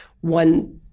one